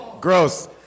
Gross